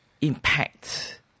impact